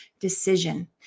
decision